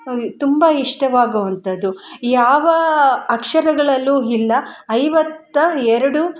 ತುಂಬ ಇಷ್ಟವಾಗೊವಂಥದು ಯಾವ ಅಕ್ಷರಗಳಲ್ಲು ಇಲ್ಲ ಐವತ್ತ ಎರಡು